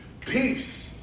peace